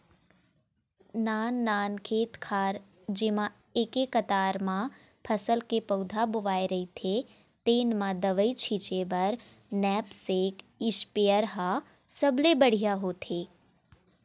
नाननान खेत खार जेमा एके कतार म फसल के पउधा बोवाए रहिथे तेन म दवई छिंचे बर नैपसेक इस्पेयर ह सबले बड़िहा होथे